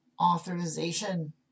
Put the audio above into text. authorization